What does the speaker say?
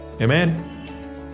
Amen